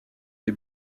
des